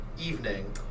evening